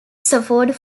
suffered